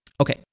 Okay